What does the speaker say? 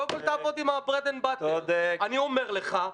אני אומר לך,